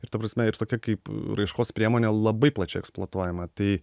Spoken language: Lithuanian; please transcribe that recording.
ir ta prasme ir tokia kaip raiškos priemonė labai plačiai eksploatuojama tai